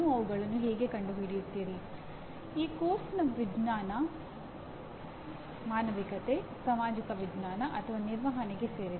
ನೀವು ನಿಮ್ಮ ನೆಚ್ಚಿನ ಉತ್ತಮ ಎಂಜಿನಿಯರ್ ಅನ್ನು ಗುರುತಿಸಬಹುದೇ